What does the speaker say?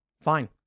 Fine